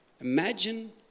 Imagine